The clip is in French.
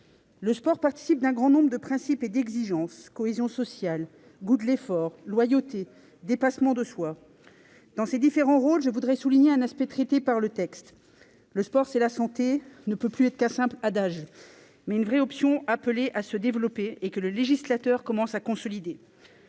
Le sport participe d'un grand nombre de principes et d'exigences : cohésion sociale, goût de l'effort, loyauté, dépassement de soi, etc. Dans ses différents rôles, je voudrais souligner un aspect traité dans le texte. « Le sport, c'est la santé » ne peut plus être qu'un simple adage. Ce doit être une véritable option, appelée à se développer et que le législateur commence à consolider.